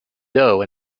dough